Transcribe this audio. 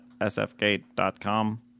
sfgate.com